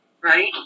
right